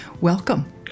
Welcome